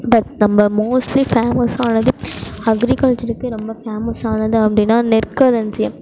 நம்ம mostly famous ஆனது அக்ரிகல்ச்சருக்கு ரொம்ப ஃபேமஸ் ஆனது அப்படினா நெற்களஞ்சியம்